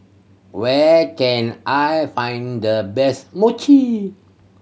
where can I find the best Mochi